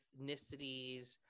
ethnicities